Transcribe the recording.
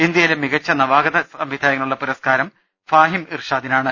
ഇന്ത്യയിലെ മികച്ച നവാഗത സംവിധായകനുള്ള പുരസ്കാരം ഫാഹിം ഇർഷാദിനാണ്